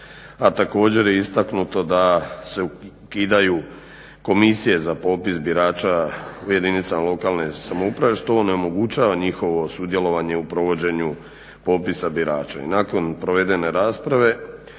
a također je istaknuto da se ukidaju komisije za popis birača u jedinicama lokalne samouprave što onemogućava njihovo sudjelovanje u provođenju popisa birača.